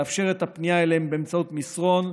לאפשר את הפנייה אליהם באמצעות מסרון,